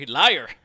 liar